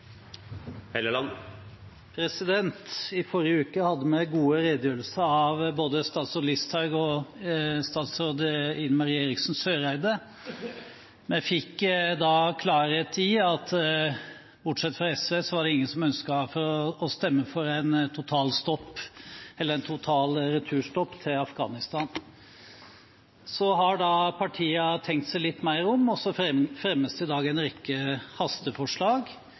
statsråd Ine Marie Eriksen Søreide. Vi fikk da klarhet i at det var ingen – bortsett fra SV – som ønsket å stemme for en total returstopp til Afghanistan. Så har partiene tenkt seg litt mer om, og i dag fremmes det en rekke hasteforslag,